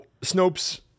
Snopes